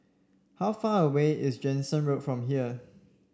how far away is Jansen Road from here